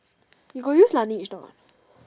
you got use Laneige store or not